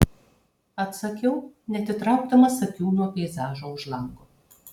atsakiau neatitraukdamas akių nuo peizažo už lango